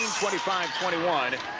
twenty five twenty one,